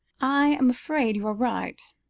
i am afraid you are right.